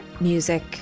music